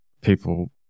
people